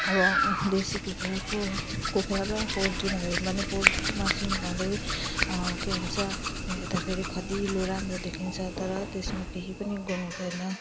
र देसी कुखुराको कुखुरा र पोल्ट्रीमा हेर्यौँ भने पोल्ट्रीको मासुमा भलै के भन्छ हेर्दाफेरि खँदिलो राम्रो देखिन्छ तर त्यसमा केही पनि गुण हुँदैन